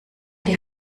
die